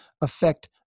affect